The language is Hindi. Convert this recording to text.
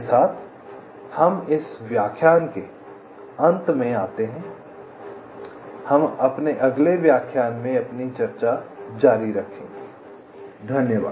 इसके साथ हम इस व्याख्यान के अंत में आते हैं हम अगले व्याख्यान में अपनी चर्चा जारी रखेंगे